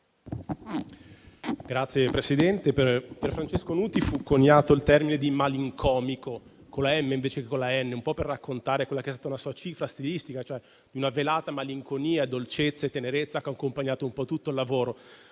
Signor Presidente, per Francesco Nuti fu coniato il termine di "malincomico", con la m invece che con la n, per raccontare quella che è stata la sua cifra stilistica, caratterizzata da una velata malinconia, da dolcezza e tenerezza, che hanno accompagnato un po' tutto il suo lavoro.